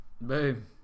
Boom